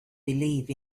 believe